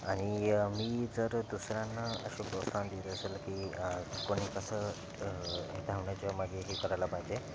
आणि मी जर दुसऱ्यांना असं प्रोत्साहन दिलं असेल की कोणी कसं धावण्याच्या मागे हे करायला पाहिजे